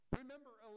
Remember